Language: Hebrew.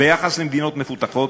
ביחס למדינות מפותחות,